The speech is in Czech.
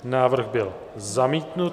Návrh byl zamítnut.